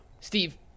Steve